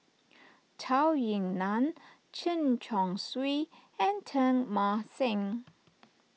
Zhou Ying Nan Chen Chong Swee and Teng Mah Seng